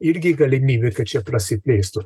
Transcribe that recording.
irgi galimybė kad čia prasiplėstų